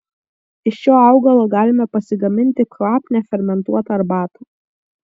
iš šio augalo galime pasigaminti kvapnią fermentuotą arbatą